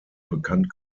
bekannt